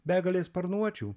begalės sparnuočių